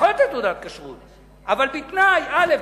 אבל בתנאים א',